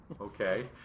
okay